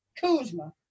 Kuzma